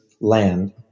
land